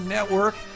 Network